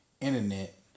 Internet